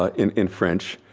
ah in in french.